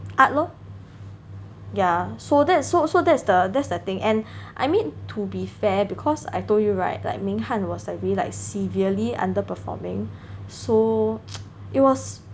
yeah so that's so so that's the that's the thing and I mean to be fair because I told you right like Ming Han was severely underperforming so it was